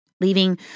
leaving